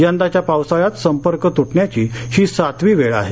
यंदाच्या पावसाळ्यात संपर्क तुटण्याची ही सातवी वेळ आहे